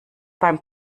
beim